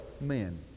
men